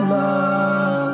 love